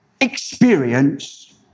experience